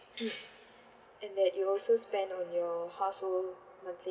and that you also spend on your household monthly